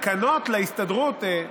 בתקנות להסתדרות,